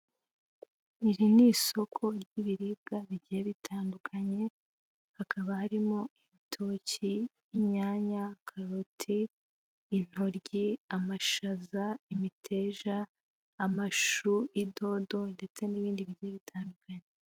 Iri ni isoko ry'ibiribwa bigiye bitandukanye, hakaba harimo ibitoki, inyanya, karoti, intoryi, amashaza, imiteja, amashu, idodo ndetse n'ibindi bigiye bitandukanye.